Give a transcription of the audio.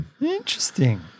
Interesting